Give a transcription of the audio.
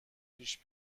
پیش